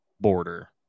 border